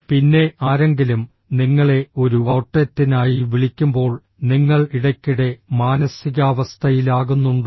പിന്നെ ആരെങ്കിലും നിങ്ങളെ ഒരു ഔട്ട്ലെറ്റിനായി വിളിക്കുമ്പോൾ നിങ്ങൾ ഇടയ്ക്കിടെ മാനസികാവസ്ഥയിലാകുന്നുണ്ടോ